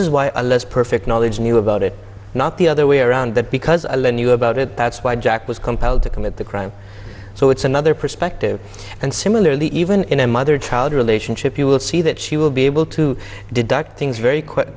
a perfect knowledge knew about it not the other way around that because knew about it that's why jack was compelled to commit the crime so it's another perspective and similarly even in a mother child relationship you will see that she will be able to deduct things very quick